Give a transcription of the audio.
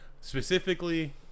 specifically